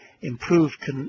improved